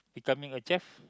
becoming a chef